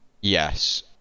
Yes